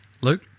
Luke